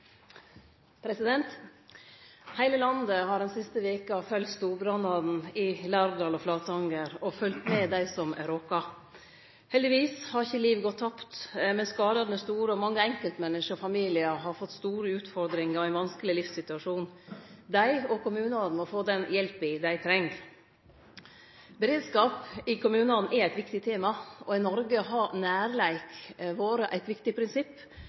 råka. Heldigvis har ikkje liv gått tapt, men skadane er store. Mange enkeltmenneske og familiar har fått store utfordringar i ein vanskeleg livssituasjon. Dei og kommunane må få den hjelpa dei treng. Beredskap i kommunane er eit viktig tema. I Noreg har nærleik vore eit viktig prinsipp